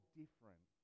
different